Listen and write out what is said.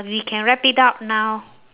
we can wrap it up now